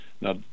Now